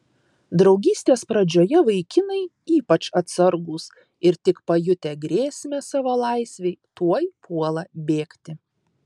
draugystės pradžioje vaikinai ypač atsargūs ir tik pajutę grėsmę savo laisvei tuoj puola bėgti